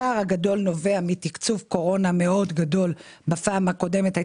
הפער הגדול נובע מתקצוב קורונה מאוד גדול בפעם הקודמת.